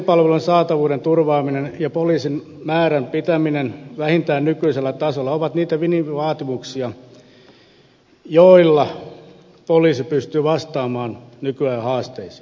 poliisipalvelujen saatavuuden turvaaminen ja poliisien määrän pitäminen vähintään nykyisellä tasolla ovat niitä minimivaatimuksia joilla poliisi pystyy vastaamaan nykyajan haasteisiin